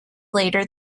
later